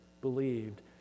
believed